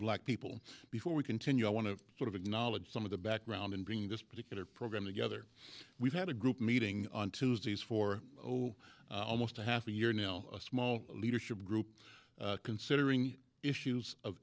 black people before we continue i want to sort of acknowledge some of the background and bring this particular program together we've had a group meeting on tuesdays for oh almost a half a year now a small leadership group considering issues of